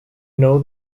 know